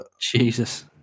Jesus